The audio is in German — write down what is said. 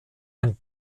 ein